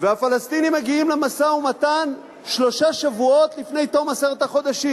והפלסטינים מגיעים למשא-ומתן שלושה שבועות לפני תום עשרת החודשים.